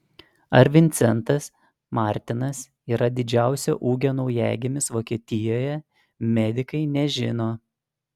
ar vincentas martinas yra didžiausio ūgio naujagimis vokietijoje medikai nežino